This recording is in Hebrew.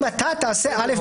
אם אתה תעשה א',